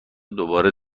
دوباره